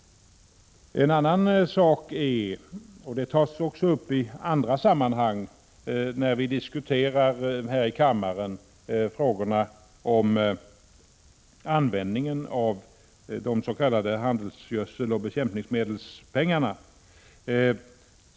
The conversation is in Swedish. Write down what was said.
En annan sak, som tas upp i andra sammanhang när vi diskuterar här i kammaren, är användningen av de s.k. handelsgödseloch bekämpningsmedelspengarna.